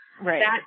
Right